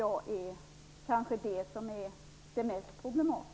Det är kanske det mest problematiska.